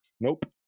Nope